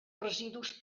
residus